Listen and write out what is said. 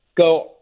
go